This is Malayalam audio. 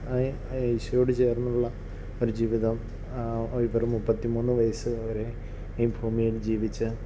ഈശോയോട് ചേർന്നുള്ള ഒരു ജീവിതം ഈ വെറും മുപ്പത്തി മൂന്ന് വയസ്സ് വരെ ഈ ഭൂമിയിൽ ജീവിച്ച്